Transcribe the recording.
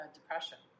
depression